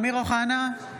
(קוראת בשמות חברי הכנסת) אמיר אוחנה,